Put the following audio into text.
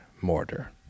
mortar